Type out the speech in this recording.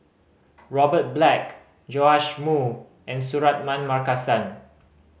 Robert Black Joash Moo and Suratman Markasan